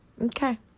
Okay